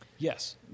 Yes